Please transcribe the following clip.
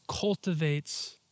cultivates